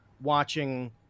watching